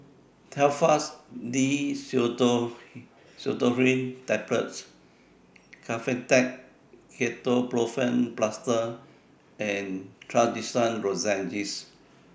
Telfast D Pseudoephrine Tablets Kefentech Ketoprofen Plaster and Trachisan Lozenges